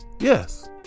Yes